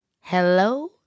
hello